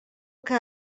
que